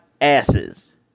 asses